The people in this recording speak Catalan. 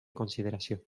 consideració